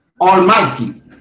almighty